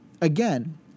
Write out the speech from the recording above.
again